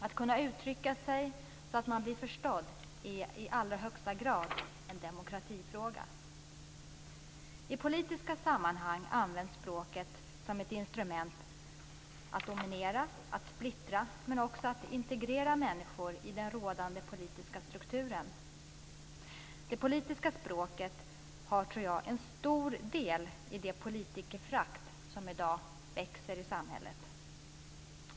Att kunna uttrycka sig så att man blir förstådd är i allra högsta grad en demokratifråga. I politiska sammanhang används språket som ett instrument för att dominera, splittra men också för att integrera människor i den rådande politiska strukturen. Det politiska språket har en stor del i det politikerförakt som i dag växer i samhället.